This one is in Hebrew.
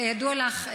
כידוע לך,